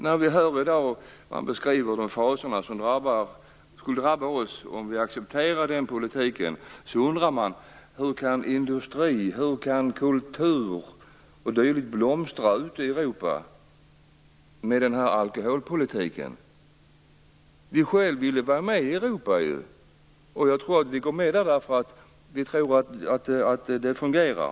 När man i dag beskriver de fasor som skulle drabba oss om vi accepterar den politiken, undrar man hur industri, kultur o.d. kan blomstra ute i Europa med den alkoholpolitiken. Vi ville ju vara med i Europa. Jag tror att vi gått med därför att vi tror att det fungerar.